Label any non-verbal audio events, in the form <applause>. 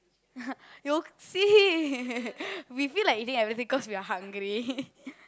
<laughs> we feel like eating everything cause we are hungry